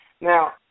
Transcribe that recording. Now